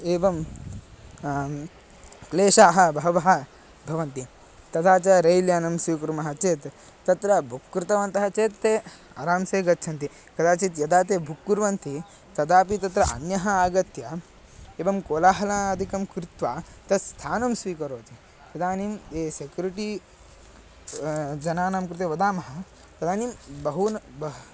एवं क्लेशाः बहवः भवन्ति तथा च रैल् यानं स्वीकुर्मः चेत् तत्र बुक् कृतवन्तः चेत् ते आरांसे गच्छन्ति कदाचित् यदा ते बुक् कुर्वन्ति तदापि तत्र अन्यः आगत्य एवं कोलाहलादिकं कृत्वा तस्य स्थानं स्वीकरोति इदानीं ये सेक्युरिटी जनानां कृते वदामः तदानीं बहून् बहवः